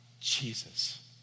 Jesus